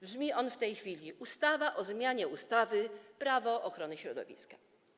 Brzmi on w tej chwili: ustawa o zmianie ustawy Prawo ochrony środowiska.